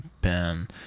Ben